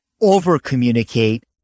over-communicate